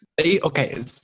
Okay